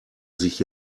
sich